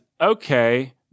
okay